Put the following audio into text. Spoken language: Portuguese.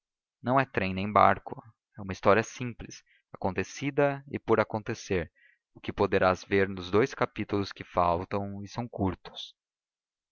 não é trem nem barco é uma história simples acontecida e por acontecer o que poderás ver nos dous capítulos que faltam e são curtos